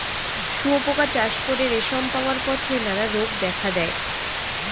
শুঁয়োপোকা চাষ করে রেশম পাওয়ার পথে নানা রোগ দেখা দেয়